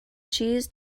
cheese